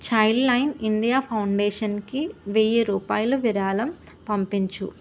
child line India ఫౌండేషన్కి వెయ్యి రూపాయలు విరాళం పంపించు